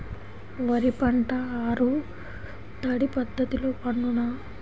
వరి పంట ఆరు తడి పద్ధతిలో పండునా?